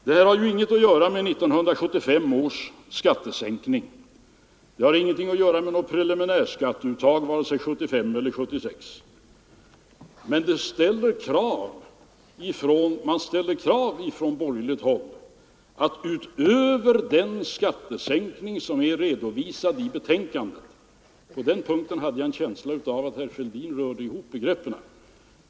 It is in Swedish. Det här har ingenting att göra med 1975 års skattesänkning, det har ingenting att göra med något preliminärskatteuttag vare sig 1975 eller 1976. Men man ställer krav från borgerligt håll på en skattesänkning utöver den som är redovisad i betänkandet; på den punkten hade jag en känsla av att herr Fälldin rörde ihop begreppen.